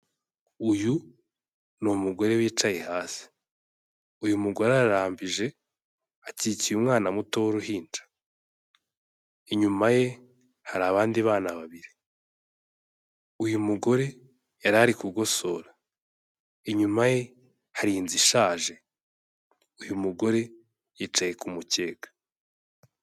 Uyu ngore wicaye hasi, uyu mugore ararambije akikiye umwana muto w'uruhinja, inyuma ye hari abandi bana babiri, uyu mugore yari ari kugosora, inyuma ye hari inzu ishaje, uyu mugore yicaye ku mukeka.